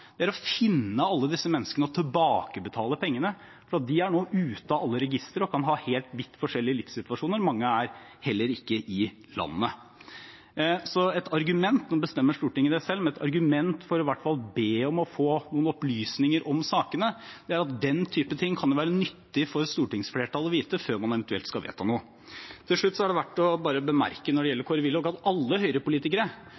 er å finne alle disse menneskene og tilbakebetale pengene. De er nå ute av alle registre og kan ha vidt forskjellige livssituasjoner. Mange er heller ikke i landet. Nå bestemmer Stortinget det selv, men et argument for i hvert fall å be om å få noen opplysninger om sakene, er at den type ting kan det være nyttig for stortingsflertallet å vite før man eventuelt skal vedta noe. Til slutt er det verdt bare å bemerke når det